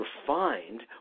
refined